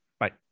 right